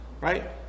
Right